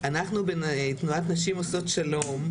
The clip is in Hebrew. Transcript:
בתנועת "נשים עושות שלום",